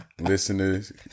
listeners